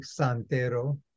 santero